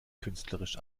künstlerisch